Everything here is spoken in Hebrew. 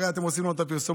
הרי אתם עושים את הפרסומות,